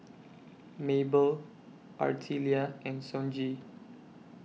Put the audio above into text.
Maebell Artelia and Sonji